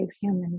human